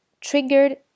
triggered